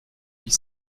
huit